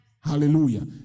Hallelujah